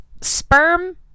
sperm